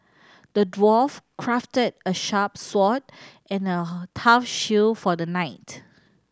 the dwarf crafted a sharp sword and a tough shield for the knight